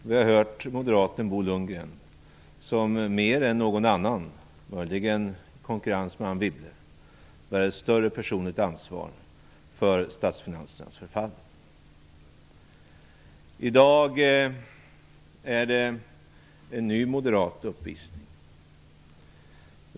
Vi har hört moderaten Bo Lundgren, som mer än någon annan - möjligen i konkurrens med Anne Wibble - bär ett personligt ansvar för statsfinansernas förfall. I dag är det en ny moderat uppvisning.